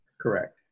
correct